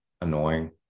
annoying